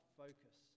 focus